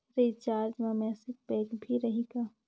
Recharge मा message pack भी रही का?